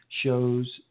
shows